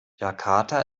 jakarta